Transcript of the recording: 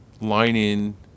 line-in